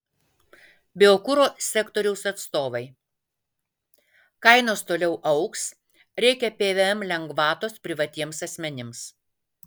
biokuro sektoriaus atstovai kainos toliau augs reikia pvm lengvatos privatiems asmenims